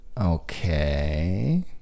Okay